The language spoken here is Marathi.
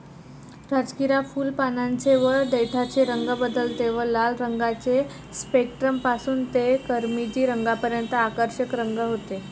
राजगिरा फुल, पानांचे व देठाचे रंग बदलते व लाल रंगाचे स्पेक्ट्रम पासून ते किरमिजी रंगापर्यंत आकर्षक रंग होते